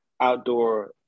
outdoor